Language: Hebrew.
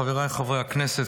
חבריי חברי הכנסת,